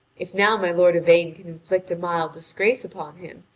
if now my lord yvain can inflict a mild disgrace upon him,